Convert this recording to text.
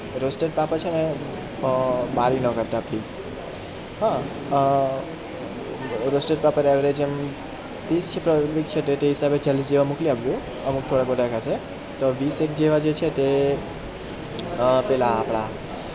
પછી રોસ્ટેડ પાપડ છે ને બાળી ના કાઢતા પ્લીઝ હ રોસ્ટેડ પાપડ એવરેજ આમ તીસ છે તે તીસ છે તે હિસાબે ચાલીસ જેવા મોકલી આપજો અમુક થોડા વધારે રાખો વીસેક જેવા છે તે પેલા આપણા